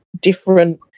different